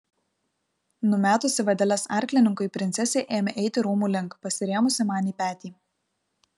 numetusi vadeles arklininkui princesė ėmė eiti rūmų link pasirėmusi man į petį